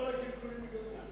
ואז כל הקלקולים ייגמרו.